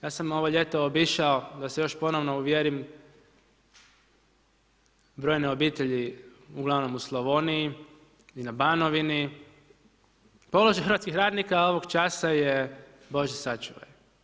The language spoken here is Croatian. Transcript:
Ja sam ovo ljeto obišao, da se još ponovno uvjerim, brojne obitelji, ugl. u Slavoniji i na Banovini, položaj hrvatskih radnika ovog časa je Bože sačuvaj.